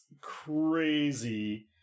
crazy